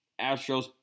Astros